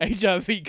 HIV